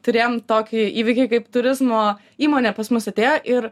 turėjom tokį įvykį kaip turizmo įmonė pas mus atėjo ir